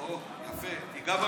אוה, יפה, תיגע במשקפיים.